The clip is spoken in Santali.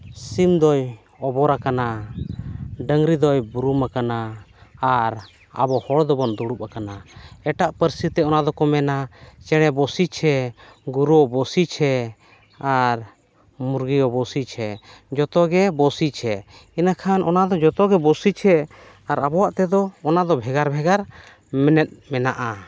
ᱥᱤᱢ ᱫᱚᱭ ᱚᱵᱚᱨ ᱟᱠᱟᱱᱟ ᱰᱟᱹᱝᱨᱤ ᱫᱚᱭ ᱵᱩᱨᱩᱢ ᱟᱠᱟᱱᱟ ᱟᱨ ᱟᱵᱚ ᱫᱚᱵᱚᱱ ᱫᱩᱲᱩᱵ ᱟᱠᱟᱱᱟ ᱮᱴᱟᱜ ᱯᱟᱹᱨᱥᱤᱛᱮ ᱚᱱᱟ ᱫᱚᱠᱚ ᱢᱮᱱᱟ ᱪᱮᱬᱮ ᱵᱚᱥᱤᱪᱷᱮ ᱜᱚᱨᱩ ᱵᱚᱥᱤᱪᱷᱮ ᱟᱨ ᱢᱩᱨᱜᱟᱹ ᱵᱚᱥᱤᱪᱷᱮ ᱡᱚᱛᱚ ᱜᱮ ᱵᱚᱥᱤᱪᱷᱮ ᱤᱱᱟᱹ ᱠᱷᱟᱱ ᱚᱱᱟ ᱫᱚ ᱡᱚᱛᱚ ᱜᱮ ᱵᱚᱥᱤᱪᱷᱮ ᱟᱨ ᱟᱵᱚᱣᱟᱜ ᱛᱮᱫᱚ ᱚᱱᱟ ᱫᱚ ᱵᱷᱮᱜᱟᱨ ᱵᱷᱮᱜᱟᱨ ᱢᱮᱱᱮᱫ ᱢᱮᱱᱟᱜᱼᱟ